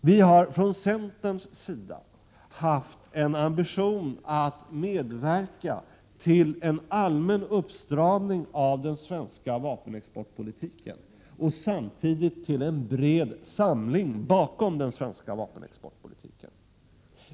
Vi har från centerns sida haft en ambition att medverka till en allmän uppstramning av den svenska vapenexportpolitiken och samtidigt till en bred samling bakom denna politik.